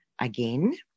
again